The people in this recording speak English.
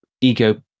ego